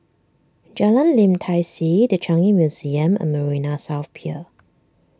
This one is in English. Jalan Lim Tai See the Changi Museum and Marina South Pier